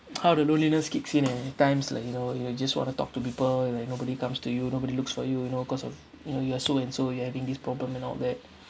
how the loneliness kicks in and at times like you know you just want to talk to people like nobody comes to you nobody looks for you you know cause of you know you are so and so you're having this problem and all that